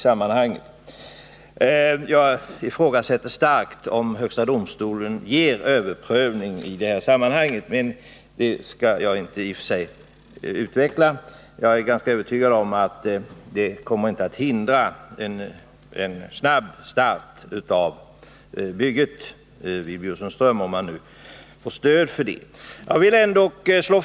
Jag ifrågasätter starkt att högsta domstolen kommer att bevilja överprövning i detta sammanhang, men det skall jag inte närmare utveckla. Jag är ganska övertygad om att detta överklagande inte kommer att hindra en snabb start av bygget vid Bjursunds ström, om detta projekt får stöd.